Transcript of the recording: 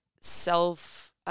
self